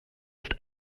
ist